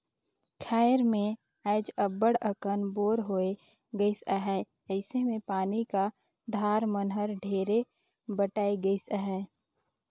खाएर मन मे आएज अब्बड़ अकन बोर होए गइस अहे अइसे मे पानी का धार मन हर ढेरे बटाए गइस अहे